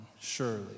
surely